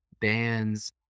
bands